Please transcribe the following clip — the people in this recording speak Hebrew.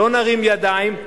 לא נרים ידיים,